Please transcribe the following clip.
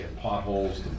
potholes